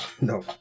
no